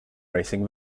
racing